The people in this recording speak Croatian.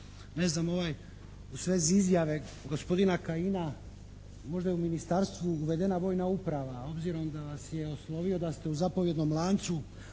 Ne znam, u svezi izjave gospodina Kajina možda je u ministarstvu uvedena vojna uprava obzirom da vas je oslovio da ste u zapovjednom lancu